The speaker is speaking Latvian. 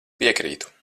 piekrītu